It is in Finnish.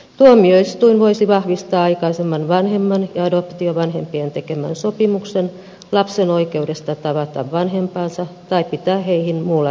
tuomioistuin voisi vahvistaa aikaisemman vanhemman ja adoptiovanhempien tekemän sopimuksen lapsen oikeudesta tavata vanhempaansa tai pitää heihin muulla tavalla yhteyttä